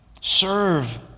Serve